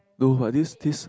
no what this this